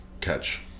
catch